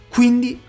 Quindi